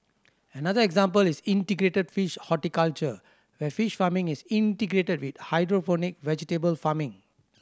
another example is integrated fish horticulture where fish farming is integrated with hydroponic vegetable farming